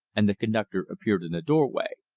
and the conductor appeared in the doorway.